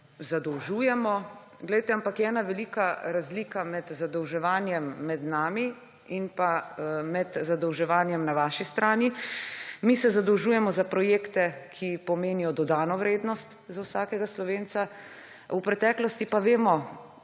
zadolžujemo, ampak je ena velika razlika med zadolževanjem nas in zadolževanjem na vaši strani. Mi se zadolžujemo za projekte, ki pomenijo dodano vrednost za vsakega Slovenca, v preteklosti pa vemo,